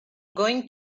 going